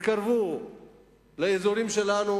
התקרבו לאזורים שלנו